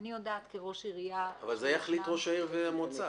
אני יודעת כראש עיר --- אבל זה יחליט ראש העיר והמועצה,